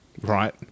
Right